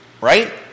Right